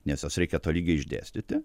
nes juos reikia tolygiai išdėstyti